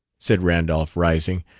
said randolph, rising.